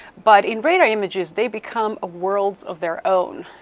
but in radar images, they become ah worlds of their own.